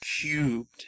cubed